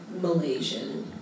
Malaysian